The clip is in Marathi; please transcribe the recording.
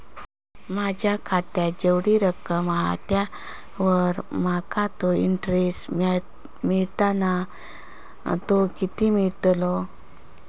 माझ्या खात्यात जेवढी रक्कम हा त्यावर माका तो इंटरेस्ट मिळता ना तो किती मिळतलो?